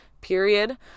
period